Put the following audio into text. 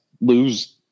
lose